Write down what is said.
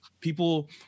people